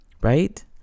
right